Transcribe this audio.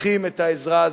צריכים את העזרה הזאת,